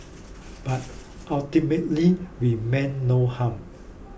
but ultimately we mean no harm